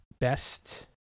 best